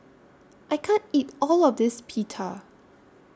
I can't eat All of This Pita